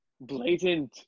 blatant